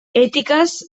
etikaz